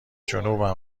جنوبم